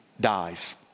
dies